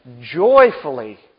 joyfully